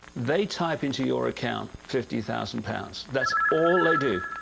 they type into your account, fifty thousand pounds. that's all they do.